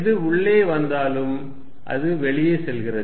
எது உள்ளே வந்தாலும் அது வெளியே செல்கிறது